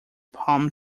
palm